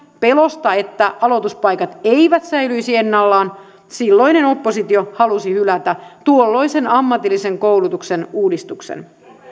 pelosta että aloituspaikat eivät säilyisi ennallaan silloinen oppositio halusi hylätä tuolloisen ammatillisen koulutuksen uudistuksen